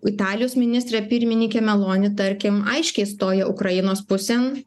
italijos ministrė pirmininkė meloni tarkim aiškiai stoja ukrainos pusėn